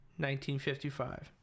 1955